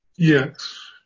Yes